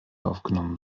aufgenommen